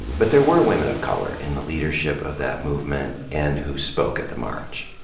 but there were women of color in the leadership of that movement, and who spoke at the march.